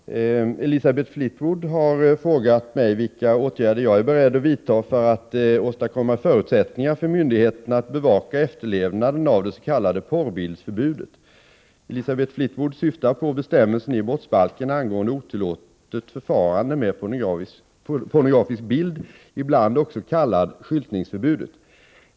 Herr talman! Elisabeth Fleetwood har frågat mig vilka åtgärder jag är beredd att vidta för att åstadkomma förutsättningar för myndigheterna att bevaka efterlevnaden av det s.k. porrbildsförbudet. Elisabeth Fleetwood syftar på bestämmelsen i brottsbalken angående otillåtet förfarande med pornografisk bild, ibland också kallad skyltningsförbudet.